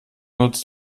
nutzt